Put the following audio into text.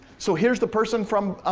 so here's the person from,